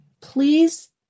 Please